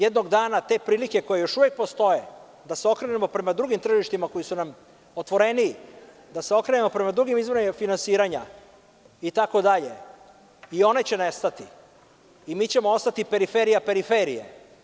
Jednog dana te prilike koje još uvek postoje, da se okrenemo prema drugim tržištima koji su nam otvoreniji, da se okrenemo prema drugim izvorima finansiranja itd, i one će nestati, i mi ćemo ostati periferija periferije.